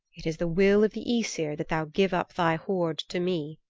it is the will of the aesir that thou give up thy hoard to me.